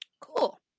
Cool